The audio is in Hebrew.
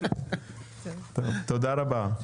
תודה רבה.